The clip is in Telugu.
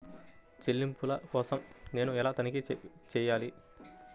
చెల్లింపుల కోసం నేను ఎలా తనిఖీ చేయాలి?